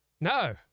No